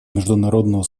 международного